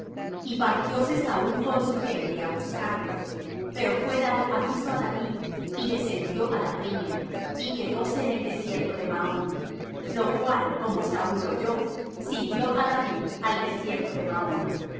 y partióse saúl con su gente á buscarlo pero fué dado aviso á david y descendió á la peña y quedóse en el desierto de maón lo cual como saúl oyó siguió á david al desierto de maón